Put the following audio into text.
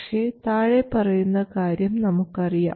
പക്ഷേ താഴെ പറയുന്ന കാര്യം നമുക്കറിയാം